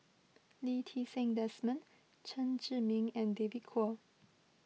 Lee Ti Seng Desmond Chen Zhiming and David Kwo